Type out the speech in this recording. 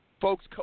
folks